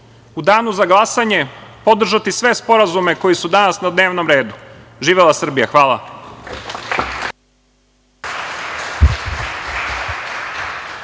u danu za glasanje podržati sve sporazume koji su danas na dnevnom redu. Živela Srbija! Hvala.